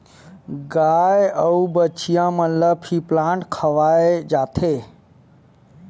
गाय अउ बछिया मन ल फीप्लांट खवाए जाथे